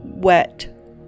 wet